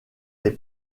les